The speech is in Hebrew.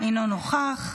אינו נוכח,